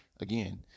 again